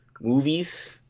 movies